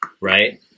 Right